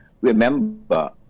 Remember